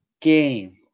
game